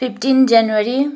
fifteen January